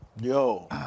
Yo